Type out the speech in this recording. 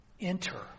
Enter